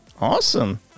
Awesome